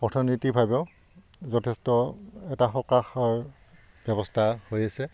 অৰ্থনীতিৰভাৱেও যথেষ্ট এটা সকাশৰ ব্যৱস্থা হৈ আছে